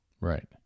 Right